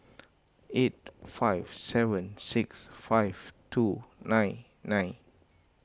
eight five seven six five two nine nine